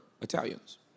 Italians